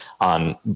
on